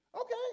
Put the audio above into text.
Okay